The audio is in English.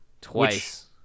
twice